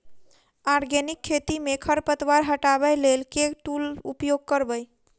Organic खेती मे खरपतवार हटाबै लेल केँ टूल उपयोग करबै?